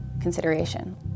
consideration